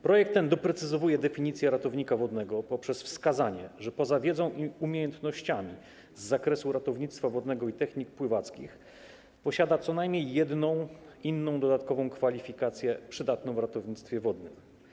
Projekt ten doprecyzowuje definicję ratownika wodnego poprzez wskazanie, że poza wiedzą i umiejętnościami z zakresu ratownictwa wodnego i technik pływackich posiada co najmniej jedną inną dodatkową kwalifikację przydatną w ratownictwie wodnym.